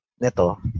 Neto